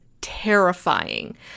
terrifying